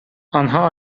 آنها